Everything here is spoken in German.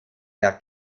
der